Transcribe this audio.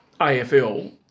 AFL